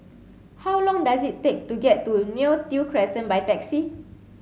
how long does it take to get to Neo Tiew Crescent by taxi